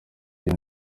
iyo